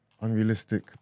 unrealistic